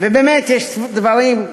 ובאמת יש דברים,